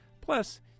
Plus